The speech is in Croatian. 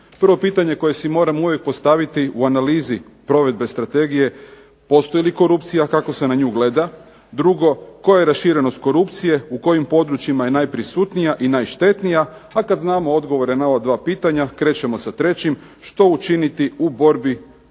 Prvo pitanje koje si moramo uvijek postaviti u analizi provedbe strategije postoji li korupcija, kako se na nju gleda, drugo koja je raširenost korupcije, u kojim područjima je najprisutnija i najštetnija, a kad znamo odgovore na ova dva pitanja krećemo sa trećim što učiniti u borbi protiv